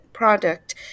product